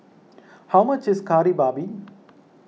how much is Kari Babi